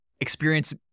experience